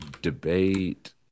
Debate